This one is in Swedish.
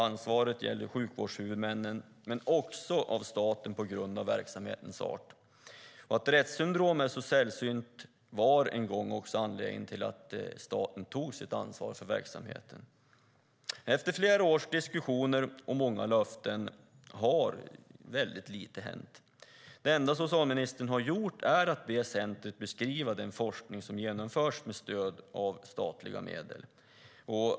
Ansvaret gäller sjukvårdshuvudmännen men också staten på grund av verksamhetens art. Att Retts syndrom är så sällsynt var en gång anledningen till att staten tog sitt ansvar för verksamheten. Efter flera års diskussioner och många löften har väldigt lite hänt. Det enda socialministern har gjort är att be centret beskriva den forskning som genomförts med stöd av statliga medel.